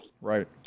Right